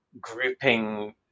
grouping